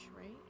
right